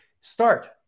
start